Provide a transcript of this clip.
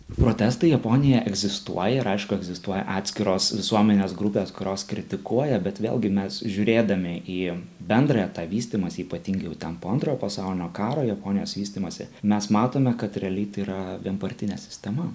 protestai japonija egzistuoja ir aišku egzistuoja atskiros visuomenės grupės kurios kritikuoja bet vėlgi mes žiūrėdami į bendrąją tą vystymąsi ypatingai jau ten po antrojo pasaulinio karo japonijos vystymąsi mes matome kad realiai tai yra vienpartinė sistema